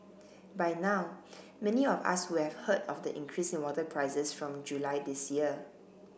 by now many of us would have heard of the increase in water prices from July this year